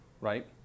Right